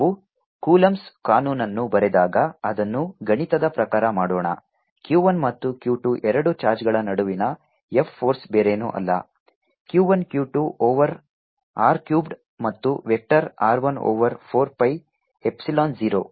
ನಾವು ಕೌಲೊಂಬ್ಸ್Coulombs ಕಾನೂನನ್ನು ಬರೆದಾಗ ಅದನ್ನು ಗಣಿತದ ಪ್ರಕಾರ ಮಾಡೋಣ Q 1 ಮತ್ತು Q 2 ಎರಡು ಚಾರ್ಜ್ಗಳ ನಡುವಿನ F ಫೋರ್ಸ್ ಬೇರೇನೂ ಅಲ್ಲ Q 1 Q 2 over r cube ಮತ್ತು vector r1 over 4 pi epsilon 0